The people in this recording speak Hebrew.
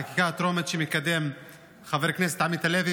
החקיקה הטרומית שמקדם חבר הכנסת עמית הלוי